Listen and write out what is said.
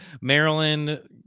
Maryland